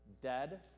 dead